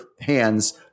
hands